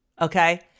Okay